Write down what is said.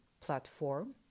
platform